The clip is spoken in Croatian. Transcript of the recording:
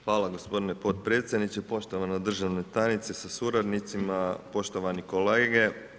Hvala gospodine potpredsjedniče, poštovani državni tajniče sa suradnicima, poštovani kolege.